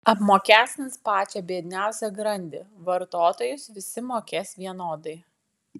apmokestins pačią biedniausią grandį vartotojus visi mokės vienodai